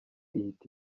ihita